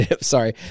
Sorry